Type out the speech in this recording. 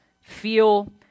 feel